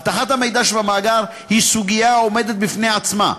אבטחת המידע שבמאגר היא סוגיה העומדת בפני עצמה.